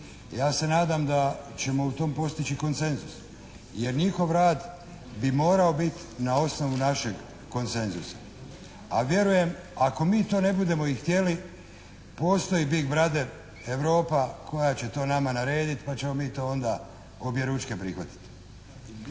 Ja se nadam da ćemo u tom postići konsenzus, jer njihov rad bi morao biti na osnovu našeg konsenzusa, a vjerujem ako mi to ne budemo i htjeli, postoji Big Brother, Europa koja će to nama narediti pa ćemo mi to onda objeručke prihvatiti.